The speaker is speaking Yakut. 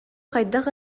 хайдах